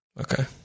Okay